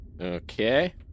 Okay